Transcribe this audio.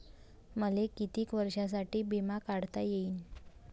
मले कितीक वर्षासाठी बिमा काढता येईन?